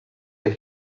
have